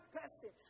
person